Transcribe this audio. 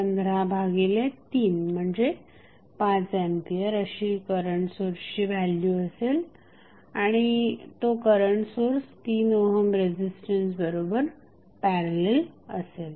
15 भागिले 3 म्हणजे 5 एंपियर अशी करंट सोर्सची व्हॅल्यू असेल आणि तो करंट सोर्स 3 ओहम रेझिस्टन्स बरोबर पॅरलल असेल